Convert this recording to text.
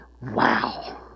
Wow